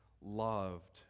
loved